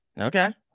Okay